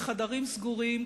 בחדרים סגורים,